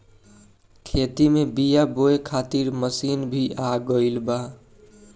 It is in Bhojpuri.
खेत में बीआ बोए खातिर मशीन भी आ गईल बा